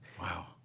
Wow